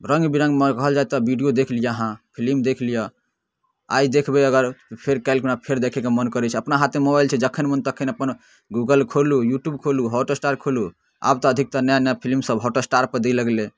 रङ्गबिरङ्गमे कहल जाए तऽ वीडिओ देखि लिअऽ अहाँ फिलिम देखि लिअऽ आइ देखबै अगर फेर काल्हिखना फेर देखैके मोन करै छै आदमी अपना हाथमे मोबाइल छै जखन मोन तखन अपन गूगल खोलू यूट्यूब खोलू हॉटस्टार खोलू आब तऽ अधिकतर नया नया फिलिमसब हॉटस्टारपर दै लगलै